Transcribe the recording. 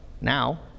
now